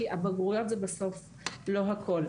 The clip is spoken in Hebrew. כי הבגרויות זה בסוף לא הכול.